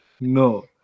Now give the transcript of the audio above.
No